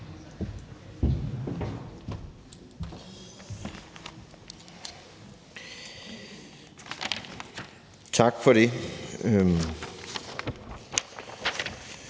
Tak for det.